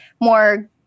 more